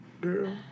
Girl